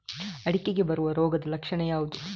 ಅಡಿಕೆಗೆ ಬರುವ ರೋಗದ ಲಕ್ಷಣ ಯಾವುದು?